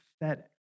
pathetic